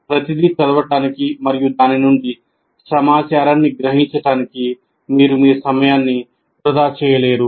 ప్రతిదీ చదవడానికి మరియు దాని నుండి సమాచారాన్ని గ్రహించటానికి మీరు మీ సమయాన్ని వృథా చేయలేరు